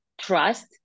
Trust